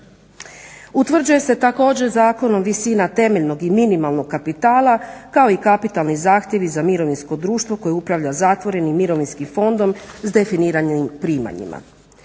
Utvrđuje se također zakonom visina temeljnog i minimalnog kapitala, kao i kapitalni zahtjevi za mirovinsko društvo koje upravlja zatvorenim mirovinskim fondom s definiranim primanjima.